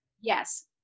Yes